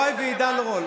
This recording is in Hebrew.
יוראי ועידן רול,